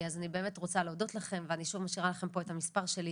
אז אני באמת רוצה להודות לכם ואני שוב משאירה לכם פה את המספר שלי,